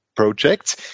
Projects